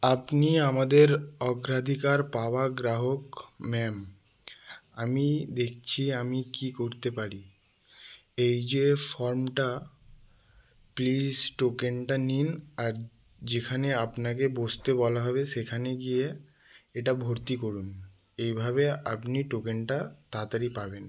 আপনি আমাদের অগ্রাধিকার পাওয়া গ্রাহক ম্যাম আমি দেখছি আমি কী করতে পারি এই যে ফর্মটা প্লিজ টোকেনটা নিন আর যেখানে আপনাকে বসতে বলা হবে সেখানে গিয়ে এটা ভর্তি করুন এইভাবে আপনি টোকেনটা তাড়াতাড়ি পাবেন